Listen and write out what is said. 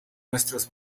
nuestros